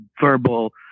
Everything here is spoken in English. verbal